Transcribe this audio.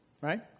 Right